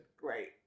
Great